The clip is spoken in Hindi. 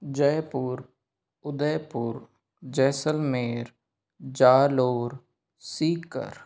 जयपुर उदयपुर जैसलमेर जालौर सीकर